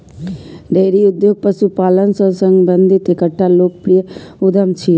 dairy उद्योग पशुपालन सं संबंधित एकटा लोकप्रिय उद्यम छियै